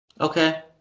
Okay